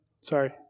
Sorry